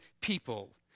people